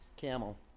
Camel